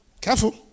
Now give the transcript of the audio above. careful